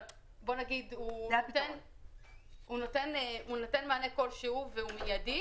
אבל הוא נותן מענה כלשהו והוא מיידי.